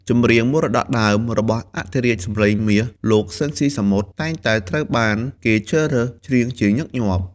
ចម្រៀងមរតកដើម របស់អធិរាជសម្លេងមាស លោក ស៊ីន ស៊ីសាមុត តែងតែត្រូវបានគេជ្រើសរើសច្រៀងជាញឹកញាប់។